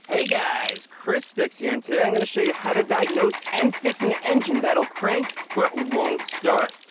hey guys! chrisfix here, and today i'm going to show you how to diagnose and fix an engine that'll crank but won't start.